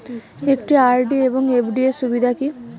একটি আর.ডি এবং এফ.ডি এর সুবিধা কি কি?